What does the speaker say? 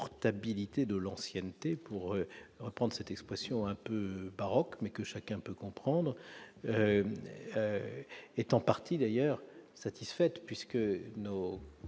portabilité de l'ancienneté, pour reprendre cette expression un peu baroque, mais que chacun peut comprendre, est en partie d'ailleurs satisfaite. En effet, nos